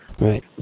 right